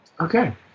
Okay